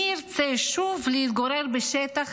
מי ירצה שוב להתגורר בשטח